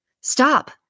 Stop